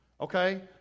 okay